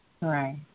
Right